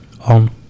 on